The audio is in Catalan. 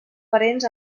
parents